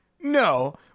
No